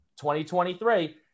2023